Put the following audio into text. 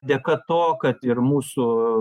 dėka to kad ir mūsų